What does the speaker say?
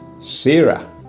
Sarah